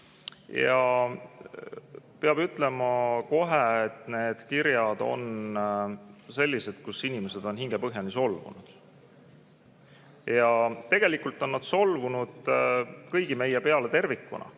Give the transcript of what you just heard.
ja peab ütlema kohe, et need kirjad on sellised, kus inimesed on hingepõhjani solvunud. Nad on solvunud kõigi meie peale tervikuna,